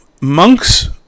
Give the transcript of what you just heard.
monks